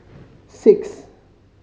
six